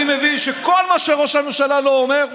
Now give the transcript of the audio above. אני מבין שכל מה שראש הממשלה אומר,